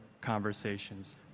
conversations